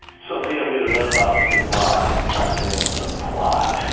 so he don't get enough ah of in his life is god-damned ah quiet